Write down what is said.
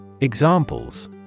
Examples